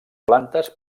plantes